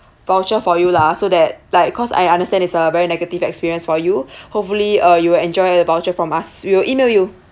voucher for you lah so that like cause I understand it's a very negative experience for you hopefully uh you will enjoy the voucher from us we will email you